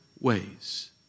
ways